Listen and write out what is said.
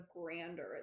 grandeur